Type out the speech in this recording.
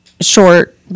short